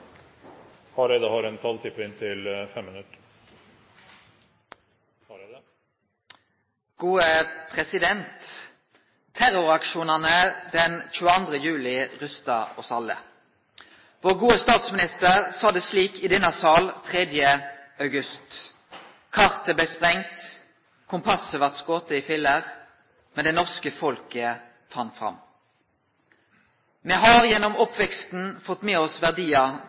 juli rysta oss alle. Vår gode statsminister sa det slik i denne sal 3. august: «Kartet ble sprengt, kompasset skutt i filler. Men det norske folk fant fram.» Me har gjennom oppveksten fått med oss